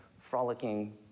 frolicking